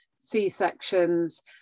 C-sections